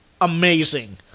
amazing